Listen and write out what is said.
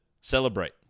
celebrate